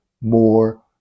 more